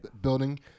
building